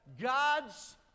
God's